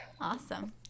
Awesome